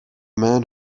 man